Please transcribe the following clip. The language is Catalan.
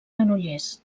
granollers